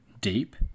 deep